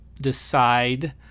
decide